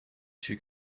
two